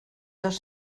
dos